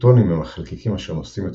פוטונים הם החלקיקים אשר נושאים את